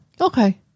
Okay